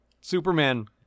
Superman